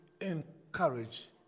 encourage